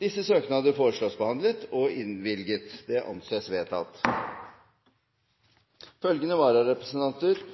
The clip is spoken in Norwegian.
Etter forslag fra presidenten ble enstemmig besluttet: Søknadene behandles straks og innvilges. Følgende vararepresentanter